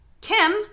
Kim